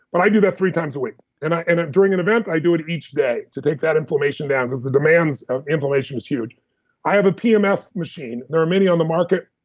but i do that three times a week and and during an event, i do it each day to take that inflammation down because the demands of inflammation is huge i have a pemf machine. there are many on the market,